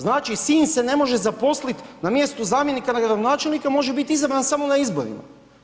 Znači sin se ne može zaposliti na mjestu zamjenika gradonačelnika, može biti izabran samo na izborima.